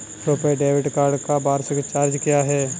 RuPay debit card का वार्षिक charge क्या है?